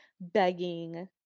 begging